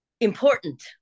important